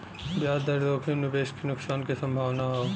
ब्याज दर जोखिम निवेश क नुकसान क संभावना हौ